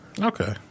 Okay